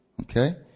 Okay